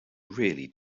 really